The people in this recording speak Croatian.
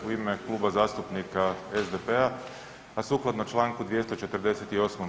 U ime Kluba zastupnika SDP-a, a sukladno čl. 248.